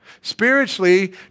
spiritually